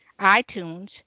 iTunes